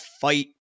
fight